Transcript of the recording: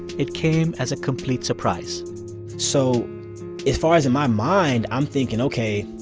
it came as a complete surprise so as far as in my mind, i'm thinking, ok,